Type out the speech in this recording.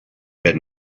been